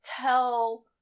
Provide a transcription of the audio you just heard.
tell